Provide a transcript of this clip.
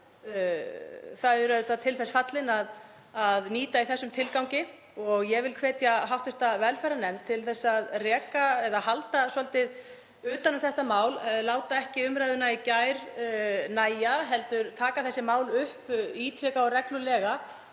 Þau eru auðvitað til þess fallin að nýta í þessum tilgangi. Ég vil hvetja hv. velferðarnefnd til þess að halda svolítið utan um þetta mál, láta ekki umræðuna í gær nægja heldur taka málið upp ítrekað og reglulega